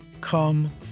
Come